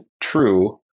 true